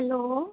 hello